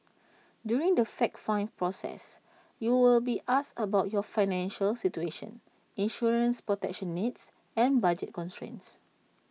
during the fact find process you will be asked about your financial situation insurance protection needs and budget constraints